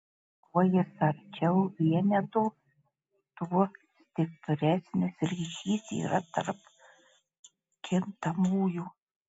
kuo jis arčiau vieneto tuo stipresnis ryšys yra tarp kintamųjų